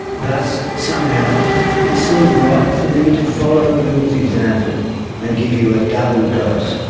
thus somehow it seemed right for me to follow will's example and give you a double dose.